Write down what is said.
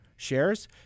shares